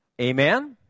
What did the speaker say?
amen